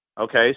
okay